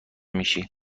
میشی